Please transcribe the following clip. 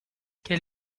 quel